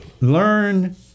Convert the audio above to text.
learn